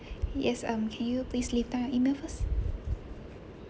yes um can you please leave down your email first